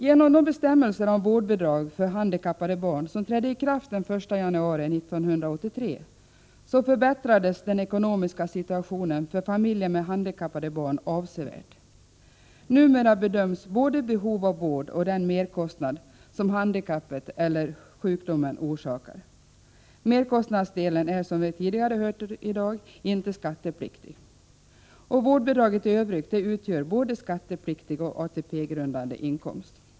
Genom de bestämmelser om vårdbidrag för handikappade barn som trädde i kraft den 1 januari 1983 förbättrades den ekonomiska situationen avsevärt för familjer med handikappade barn. Numera bedöms både behov av vård och den merkostnad som handikappet eller sjukdomen orsakar. Merkostnadsdelen är, som vi hört tidigare i dag, inte skattepliktig. Vårdbidraget i övrigt utgör både skattepliktig och ATP-grundande inkomst.